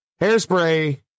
Hairspray